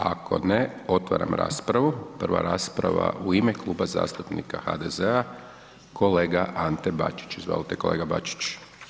Ako ne, otvaram raspravu, prva rasprava u ime Kluba zastupnika HDZ-a kolega Ante Bačić, izvolite kolega Bačić.